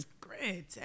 Great